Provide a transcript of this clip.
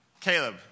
Caleb